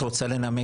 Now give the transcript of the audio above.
את רוצה לנמק?